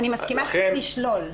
אני מסכימה שצריך לשלול.